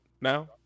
now